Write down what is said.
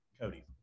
Cody